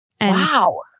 Wow